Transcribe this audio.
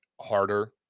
harder